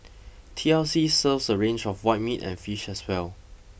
T L C serves a range of white meat and fish as well